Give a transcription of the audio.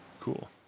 Cool